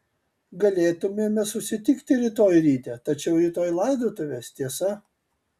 galėtumėme susitikti rytoj ryte tačiau rytoj laidotuvės tiesa